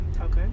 Okay